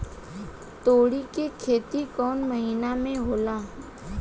तोड़ी के खेती कउन महीना में होला?